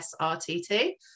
SRTT